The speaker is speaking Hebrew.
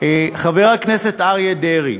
חבר הכנסת אריה דרעי,